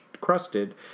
crusted